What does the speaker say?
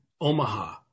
Omaha